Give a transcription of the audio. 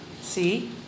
See